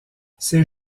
ces